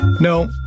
No